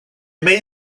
made